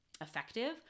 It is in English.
effective